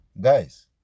Guys